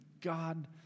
God